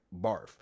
barf